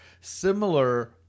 similar